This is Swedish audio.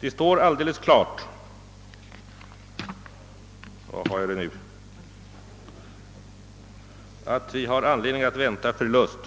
Det står alldeles klart att vi har anledning att vänta förlust.